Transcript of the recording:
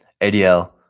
adl